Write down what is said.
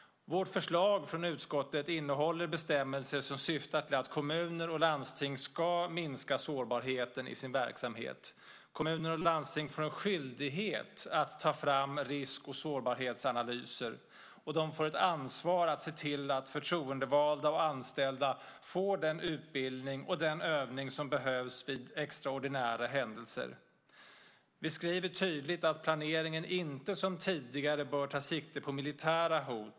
Vårt förslag från utskottet innehåller bestämmelser som syftar till att kommuner och landsting ska minska sårbarheten i sin verksamhet. Kommuner och landsting får en skyldighet att ta fram risk och sårbarhetsanalyser. De får också ett ansvar att se till att förtroendevalda och anställda får den utbildning och den övning som behövs vid extraordinära händelser. Vi skriver tydligt att planeringen inte, som tidigare, bör ta sikte på militära hot.